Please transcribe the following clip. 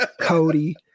cody